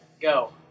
Go